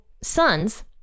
sons